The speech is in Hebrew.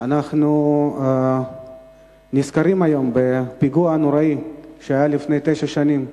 אנחנו נזכרים בפיגוע הנורא שהיה לפני תשע שנים בתל-אביב,